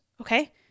okay